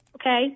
okay